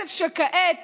כסף שכעת